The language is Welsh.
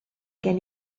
gen